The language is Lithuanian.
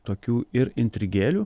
tokių ir intrigėlių